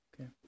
Okay